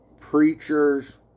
preachers